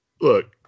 Look